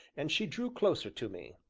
and she drew closer to me.